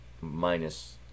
Minus